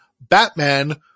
Batman